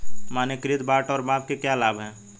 मानकीकृत बाट और माप के क्या लाभ हैं?